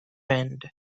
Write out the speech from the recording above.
end